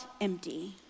empty